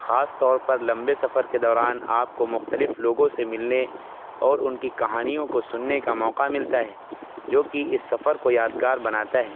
خاص طور پر لمبے سفر کے دوران آپ کو مختلف لوگوں سے ملنے اور ان کی کہانیوں کو سننے کا موقع ملتا ہے جو کہ اس سفر کو یادگار بناتا ہے